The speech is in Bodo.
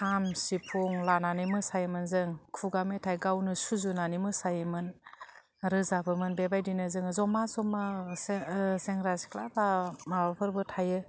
खाम सिफुं लानानै मोसायोमोन जों खुगा मेथाइ गावनो सुजुनानै मोसायोमोन रोजाबोमोन बेबायदिनो जोङो जमा जमासो सेंग्रा सिख्ला बा माबाफोरबो थायो